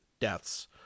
deaths